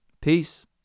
Peace